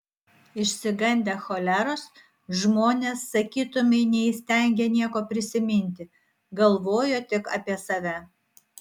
išsigandę choleros žmonės sakytumei neįstengė nieko prisiminti galvojo tik apie save